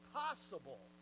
possible